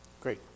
Great